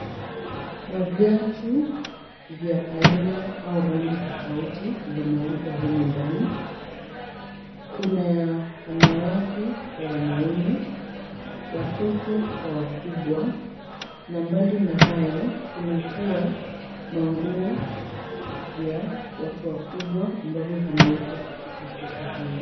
Maviatu vya aina au rangi tofauti vinauzwa humu ndani. Kuna ya wanawake kwa wanaume, watoto kwa wakubwa na mbali na hayo kuna pia manguo vya watu wakubwa ambavyo vinauzwa katika soko hili.